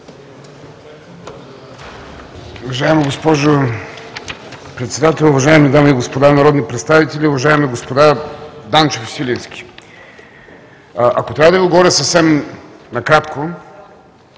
Уважаема госпожо Председател, уважаеми дами и господа народни представители! Уважаеми господа Данчев и Свиленски, ако трябва да Ви отговоря съвсем накратко,